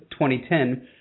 2010